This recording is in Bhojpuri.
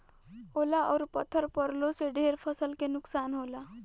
ओला अउर पत्थर पड़लो से ढेर फसल के नुकसान होला